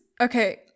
okay